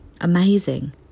amazing